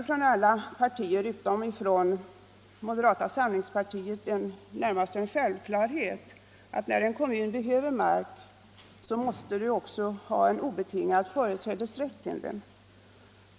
För alla partier utom för moderata samlingspartiet är det närmast en självklarhet att när en kommun behöver mark måste kommunen också ha en obetingad företrädesrätt till marken.